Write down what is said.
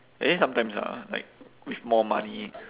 I think sometimes ah like with more money